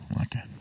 Okay